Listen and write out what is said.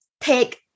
take